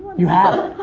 you have?